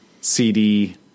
CD